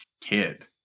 kid